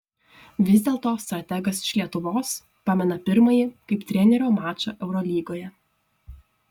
vis dėlto strategas iš lietuvos pamena pirmąjį kaip trenerio mačą eurolygoje